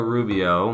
Rubio